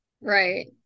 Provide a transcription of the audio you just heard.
Right